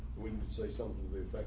we say something